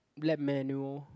lab manual